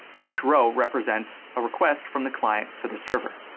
each row represents a request from the client to the server.